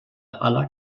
aller